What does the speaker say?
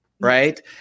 Right